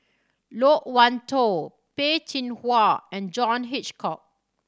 Loke Wan Tho Peh Chin Hua and John Hitchcock